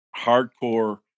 hardcore